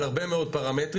על הרבה מאוד פרמטרים.